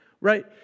Right